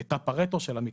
את הפרטו של המקרים,